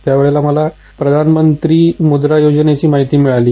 त्यावेळेला मला प्रधानमंत्री मुद्रा योजनेची माहिती मिळाली